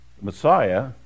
Messiah